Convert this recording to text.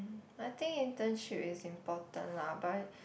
I think intern should is important lah but